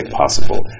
possible